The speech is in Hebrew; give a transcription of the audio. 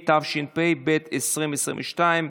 התשפ"ב 2022,